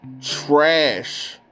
trash